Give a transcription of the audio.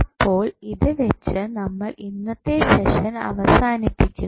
അപ്പോൾ ഇത് വെച്ചു നമ്മൾ ഇന്നത്തെ സെഷൻ അവസാനിപ്പിക്കുന്നു